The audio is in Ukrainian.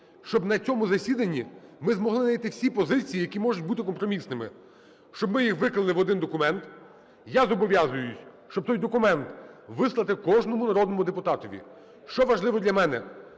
щоб на цьому засіданні ми змогли найти всі позиції, які можуть бути компромісними, щоб ми їх виклали в один документ. Я зобов'язуюсь, щоб той документ вислати кожному народному депутатові. Що важливо для мене,